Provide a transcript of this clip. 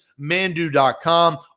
Mandu.com